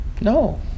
No